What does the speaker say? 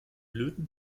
löten